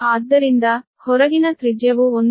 ಆದ್ದರಿಂದ ಹೊರಗಿನ ತ್ರಿಜ್ಯವು 1